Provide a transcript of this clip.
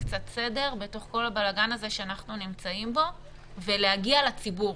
קצת סדר בתוך כל הבלגן הזה שאנחנו נמצאים בו ולהגיע לציבור,